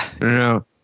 No